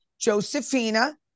Josephina